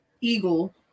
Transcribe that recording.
eagle